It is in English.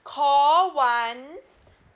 call one